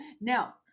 now